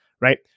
Right